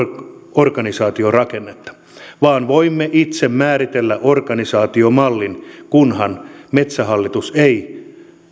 organisaatiorakennetta vaan voimme itse määritellä organisaatiomallin kunhan metsähallitus ei